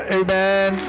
amen